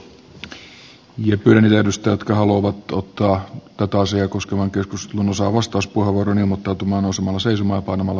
pyydän niitä edustajia jotka haluavat ottaa tätä asiaa koskevaan keskusteluun osaa vastauspuheenvuoroin ilmoittautumaan nousemalla seisomaan ja painamalla v painiketta